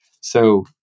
So-